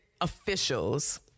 officials